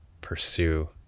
pursue